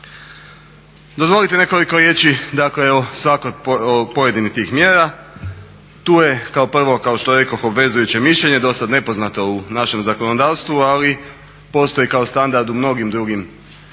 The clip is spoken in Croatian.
Dozvolite nekoliko riječi dakle o svakoj pojedinoj od tih mjera. Tu je kao prvo kao što rekoh obvezujuće mišljenje, dosad nepoznato u našem zakonodavstvu, ali postoji kao standard u mnogim drugim